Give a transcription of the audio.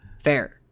Fair